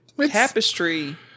Tapestry